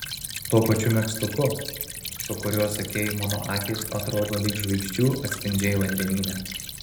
tuo pačiu megztuku su kuriuo sakei mano akys atrodo lyg žvaigždžių atspindžiai vandenyne